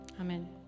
Amen